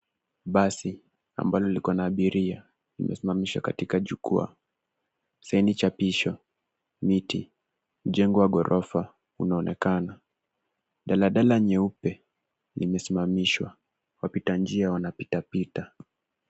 Basi ambalo likona abiria limesimamishwa katika jukwaa , saini chapisho, miti, mjengo wa ghorofa unaonekana. Dala dala nyeupe limesimamishwa wapita njia wanapitapita.